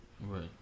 Right